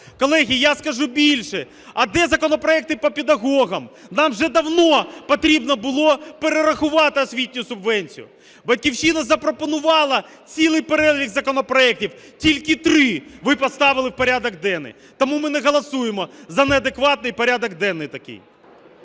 Колеги, я скажу більше, а де законопроекти по педагогам? Нам вже давно потрібно було перерахувати освітню субвенцію. "Батьківщина" запропонувала цілий перелік законопроектів – тільки три ви поставили в порядок денний. Тому ми не голосуємо за неадекватний порядок денний такий.